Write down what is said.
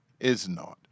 Isnot